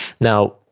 Now